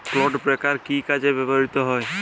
Clod breaker কি কাজে ব্যবহৃত হয়?